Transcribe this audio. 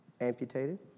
amputated